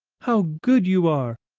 how good you are!